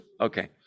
Okay